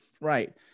Right